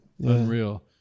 Unreal